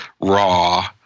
raw